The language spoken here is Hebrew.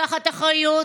עצמם.